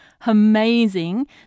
amazing